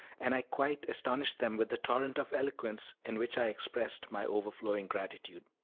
and i quite astonished them with the torrent of eloquence in which i expressed my overflowing gratitude.